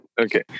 Okay